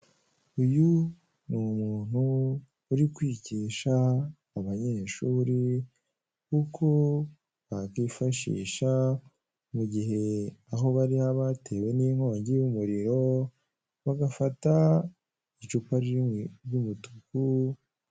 Uyu ni umuntu uri kwigisha abanyeshuri uko bakifashisha mu gihe aho bari hatewe hatewe n'inkongi y'umuriro bagafata icupa ry'umutuku.